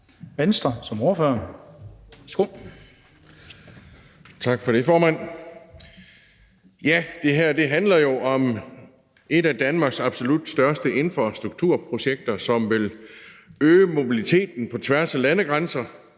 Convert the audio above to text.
Kristian Pihl Lorentzen (V): Tak for det, formand. Det her handler jo om et af Danmarks absolut største infrastrukturprojekter, som vil øge mobiliteten på tværs af landegrænser